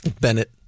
Bennett